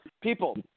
people